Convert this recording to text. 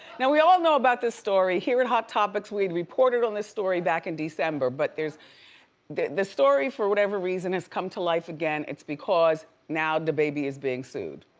now we all know about this story. here at hot topics we'd reported on this story back in december. but there's this story for whatever reason has come to life again, it's because now dababy is being sued.